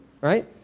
right